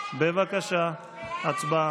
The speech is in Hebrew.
בבקשה, הצבעה.